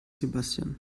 sebastian